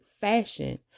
fashion